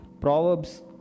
Proverbs